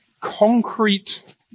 concrete